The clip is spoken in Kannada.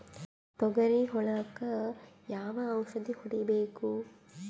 ತೊಗರಿ ಹುಳಕ ಯಾವ ಔಷಧಿ ಹೋಡಿಬೇಕು?